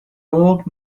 old